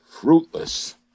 fruitless